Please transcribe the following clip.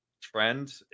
trend